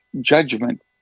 judgment